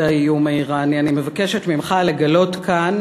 האיום האיראני אני מבקשת ממך לגלות כאן,